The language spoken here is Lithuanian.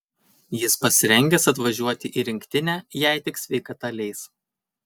jis pasirengęs atvažiuoti į rinktinę jei tik sveikata leis